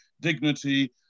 dignity